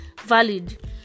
valid